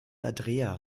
andrea